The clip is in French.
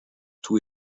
tout